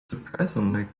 surprisingly